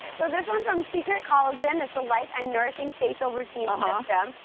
so this one's from secret collagen. it's a life and nourishing facial routine system.